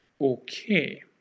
Okay